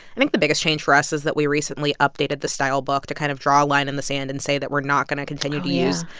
i think the biggest change for us is that we recently updated the stylebook to kind of draw a line in the sand and say that we're not going to continue to use.